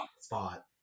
spot